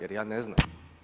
Jer ja ne znam.